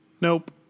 Nope